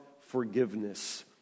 forgiveness